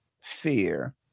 fear